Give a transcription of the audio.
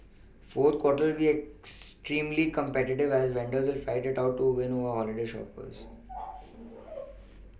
fourth quarter will be extremely competitive as vendors will fight it out to win over holiday shoppers